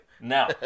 Now